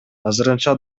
азырынча